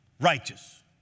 righteous